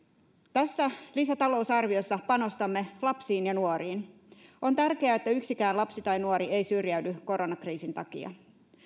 tässä lisätalousarviossa panostamme lapsiin ja nuoriin on tärkeää että yksikään lapsi tai nuori ei syrjäydy koronakriisin takia